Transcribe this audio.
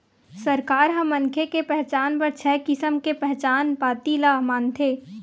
सरकार ह मनखे के पहचान बर छय किसम के पहचान पाती ल मानथे